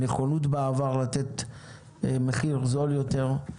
הנכונות בעבר לתת מחיר זול יותר.